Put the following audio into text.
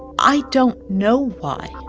i don't know why.